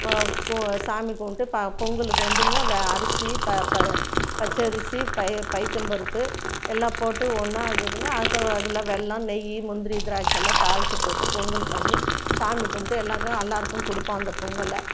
சாமி கும்பிட்டு பொங்கலுக்கு வந்துங்க அரிசி பச்சரிசி பயத்தம்பருப்பு எல்லாம் போட்டு ஒன்றா அதில் அதில் வெல்லம் நெய் முந்திரி திராட்சை எல்லாம் தாளிச்சு போட்டு பொங்கல் பண்ணி சாமி கும்பிட்டு எல்லா எல்லோருக்கும் கொடுப்போம் அந்த பொங்கலை